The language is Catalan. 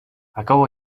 acabo